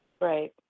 Right